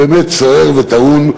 באמת סוער וטעון,